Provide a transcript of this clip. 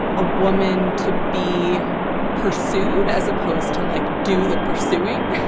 a woman to be pursued as opposed to like do the pursuing.